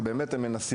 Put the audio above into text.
הם באמת מנסים.